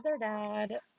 dad